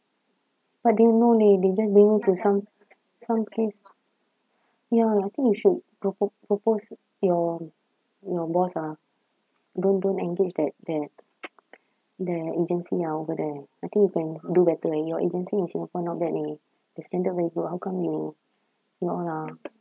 but they no leh they just they won't consult ya I think you should propo~ propose your your boss ah don't don't engage that that that agency ah over there I think you can do better eh your agency in singapore not bad leh the standard very good how come in you all ah